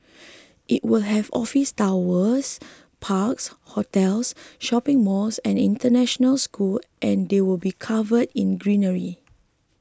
it will have office towers parks hotels shopping malls and an international school and they will be covered in greenery